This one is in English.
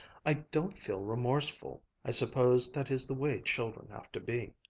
i don't feel remorseful, i suppose that is the way children have to be.